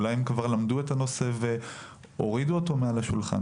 אולי הם כבר למדו את הנושא והורידו אותו מעל השולחן,